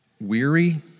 weary